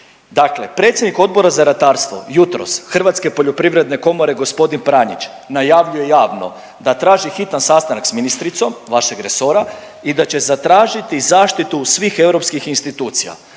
Dakle, predsjednik odbora za ratarstvo, jutro, Hrvatske poljoprivredne komore gospodin Pranjić najavljuje najavljuje javno da traži hitan sastanak s ministricom vašeg resora i da će zatražiti zaštitu svih europskih institucija.